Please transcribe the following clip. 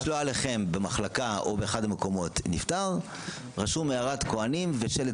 כשיש לא עליכם במחלקה או באחד המקומות נפטר רשום הערת כוהנים בשלט